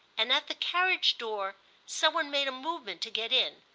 and, at the carriage-door, some one made a movement to get in.